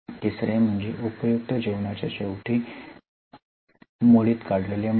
तिसरे म्हणजे उपयुक्त जीवनाच्या शेवटी भंगार मूल्य